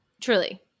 truly